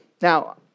Now